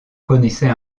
connaissait